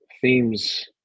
themes